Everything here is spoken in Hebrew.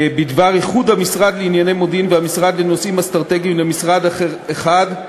בדבר איחוד המשרד לענייני מודיעין והמשרד לנושאים אסטרטגיים למשרד אחד.